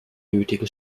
nötige